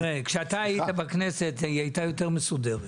כשאתה היית בכנסת היא הייתה יותר מסודרת.